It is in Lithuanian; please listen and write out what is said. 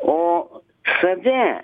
o save